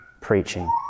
preaching